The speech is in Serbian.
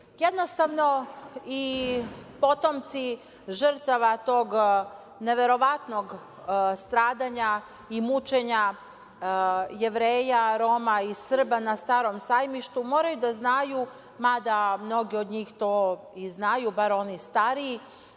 jednostavno i potomci žrtava tog neverovatnog stradanja i mučenja Jevreja, Roma i Srba na Starom Sajmištu, moraju da znaju, mada mnogi od njih to i znaju, bar oni stariji,